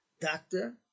doctor